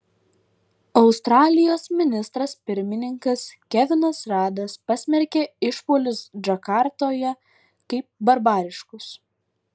australijos ministras pirmininkas kevinas radas pasmerkė išpuolius džakartoje kaip barbariškus